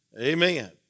Amen